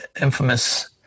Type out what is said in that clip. infamous